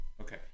Okay